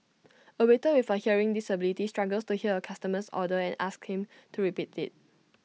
A waiter with A hearing disability struggles to hear A customer's order and asks him to repeat IT